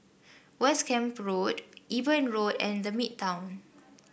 West Camp Road Eben Road and The Midtown